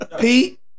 Pete